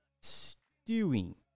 stewing